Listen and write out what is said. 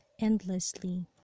endlessly